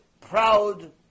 proud